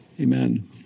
Amen